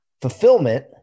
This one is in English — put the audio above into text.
fulfillment